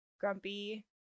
grumpy